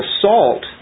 assault